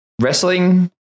wrestling